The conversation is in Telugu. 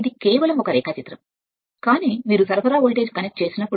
ఇది కేవలం ఒక రేఖాచిత్రం కానీ మీరు కనెక్ట్ చేస్తున్నప్పుడు సరఫరా వోల్టేజ్ అది చూస్తుంది